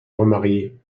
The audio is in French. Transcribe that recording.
remarié